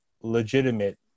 legitimate